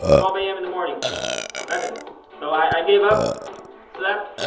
twelve am in the morning nothing so i i gave up slept.